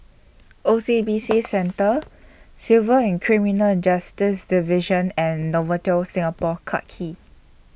O C B C Centre Civil and Criminal and Justice Division and Novotel Singapore Clarke Quay